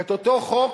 את אותו חוק